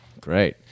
great